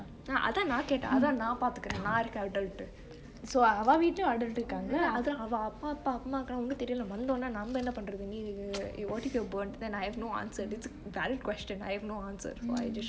அதா நானு கேட்ட அதுலா நா பாத்துக்குர நா இருக்கெடுனு அதா அவா அப்பா அம்மாக்கு வந்து தெரியுல நம்ம என்ன பன்ரது நீ~:athaa naa kette athulaa naa paathukere naa irukketunu athaa avaa appa ammaku vanthu teriyule namme enne pandrathu nee~ then I have no answer it's valid question I have no answer so I just shut up